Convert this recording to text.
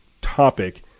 topic